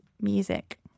music